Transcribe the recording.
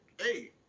hey